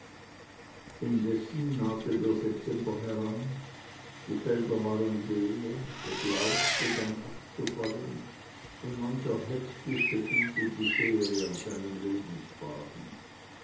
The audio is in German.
indessen nahte der september heran die felder waren leer das laub begann abzufallen und mancher hektische fühlte die schere an seinem lebensfaden